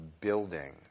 building